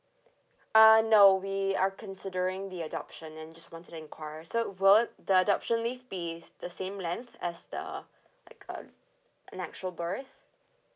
uh no we are considering the adoption and just wanted to enquire so will the adoption leave be the same length as the like uh natural birth